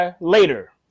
later